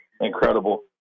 incredible